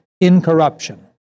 incorruption